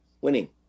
winning